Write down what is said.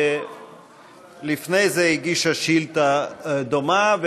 שלפני זה הגישה שאילתה דומה,